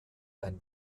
ein